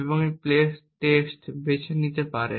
এবং plain text বেছে নিতে পারে